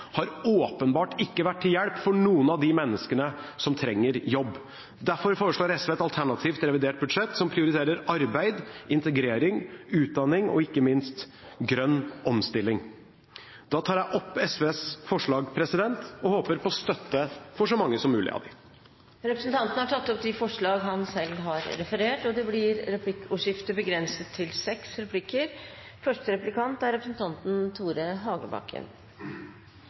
har åpenbart ikke vært til hjelp for noen av de menneskene som trenger jobb. Derfor foreslår SV et alternativ til revidert budsjett som prioriterer arbeid, integrering, utdanning og ikke minst grønn omstilling. Da tar jeg opp SVs forslag og håper på støtte til så mange som mulig av dem. Representanten Snorre Serigstad Valen har tatt opp de forslagene han refererte til. Det blir replikkordskifte. Det er flertall her i salen for å innføre flypassasjeravgift, det er